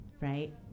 right